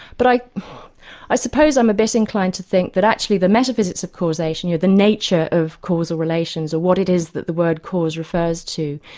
but i i suppose i'm a bit inclined to think that actually the metaphysics of causation the nature of causal relations, or what it is that the word cause refers to,